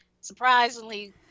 surprisingly